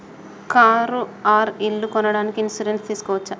Car or ఇల్లు కొనడానికి insurance తీస్కోవచ్చా?